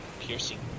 piercing